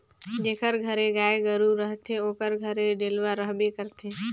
जेकर घरे गाय गरू रहथे ओकर घरे डेलवा रहबे करथे